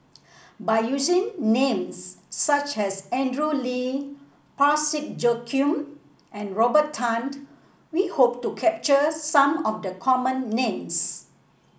by using names such as Andrew Lee Parsick Joaquim and Robert Tan we hope to capture some of the common names